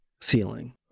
ceiling